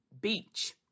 beach